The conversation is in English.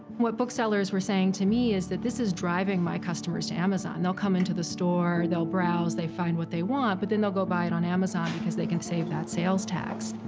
what booksellers were saying to me is that, this is driving my customers to amazon. they'll come into the store, they'll browse, they find what they want, but then they'll go buy it on amazon, because they can save that sales tax.